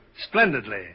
Splendidly